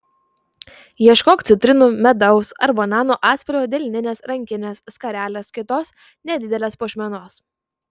ieškok citrinų medaus ar bananų atspalvio delninės rankinės skarelės kitos nedidelės puošmenos